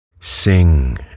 Sing